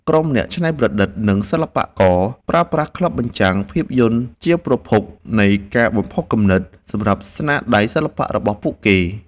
ក្រុមអ្នកច្នៃប្រឌិត និងសិល្បករ ប្រើប្រាស់ក្លឹបបញ្ចាំងភាពយន្តជាប្រភពនៃការបំផុសគំនិត សម្រាប់ស្នាដៃសិល្បៈរបស់ពួកគេ។